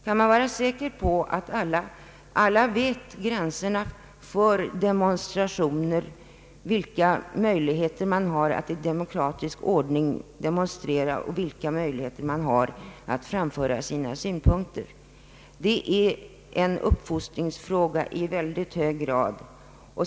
Kan man vara säker på att alla vet gränserna för demonstrationer vilka möjligheter man har att i demokratisk ordning demonstrera och att framföra sina synpunkter? Detta är i mycket hög grad uppfostringsfrågor.